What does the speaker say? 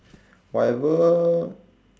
whatever